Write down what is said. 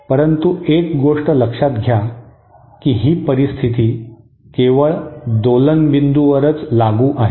परंतु एक गोष्ट लक्षात घ्या की ही परिस्थिती केवळ दोलनबिंदूवरच लागू आहे